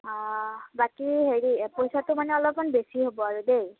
বাকী হেৰি পইচাটো মানে অলপমান বেছি হ'ব আৰু দেই